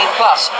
plus